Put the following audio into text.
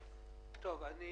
הזה.